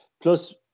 plus